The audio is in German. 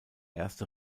erste